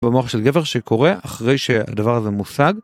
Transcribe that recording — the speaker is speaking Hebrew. במוח של גבר שקורה אחרי שהדבר הזה מושג.